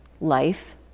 life